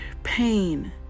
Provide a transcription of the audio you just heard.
pain